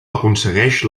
aconsegueix